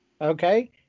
Okay